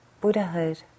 Buddhahood